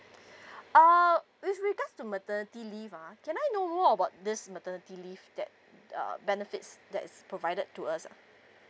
uh with regards to maternity leave ah can I know more about this maternity leave that uh benefits that is provided to us